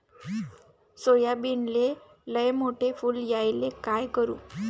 सोयाबीनले लयमोठे फुल यायले काय करू?